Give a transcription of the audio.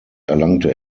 erlangte